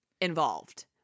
involved